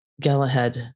Galahad